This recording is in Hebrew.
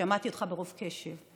שמעתי אותך ברוב קשב.